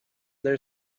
their